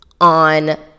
on